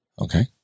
Okay